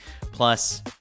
Plus